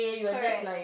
correct